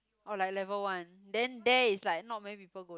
or like level one then there is like not many people go